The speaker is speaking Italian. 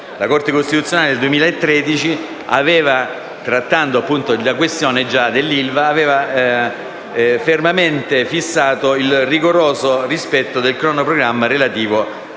La Corte costituzionale nel 2013, trattando della questione dell'ILVA, aveva fermamente fissato il rigoroso rispetto del cronoprogramma relativo all'AIA.